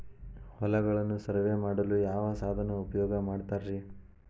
ಹೊಲಗಳನ್ನು ಸರ್ವೇ ಮಾಡಲು ಯಾವ ಸಾಧನ ಉಪಯೋಗ ಮಾಡ್ತಾರ ರಿ?